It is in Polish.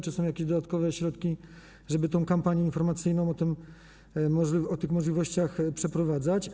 Czy są jakieś dodatkowe środki, żeby kampanię informacyjną na temat tych możliwości przeprowadzać?